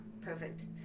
Perfect